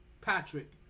Patrick